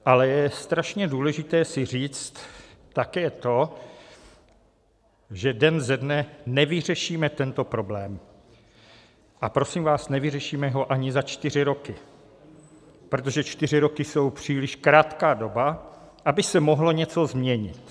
Ale je strašně důležité si říct také to, že den ze dne tento problém nevyřešíme, a prosím vás, nevyřešíme ho ani za čtyři roky, protože čtyři roky jsou příliš krátká doba, aby se mohlo něco změnit.